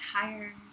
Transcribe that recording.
tired